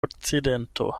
okcidento